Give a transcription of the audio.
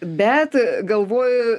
bet galvoju